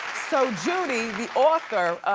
so judy, the author,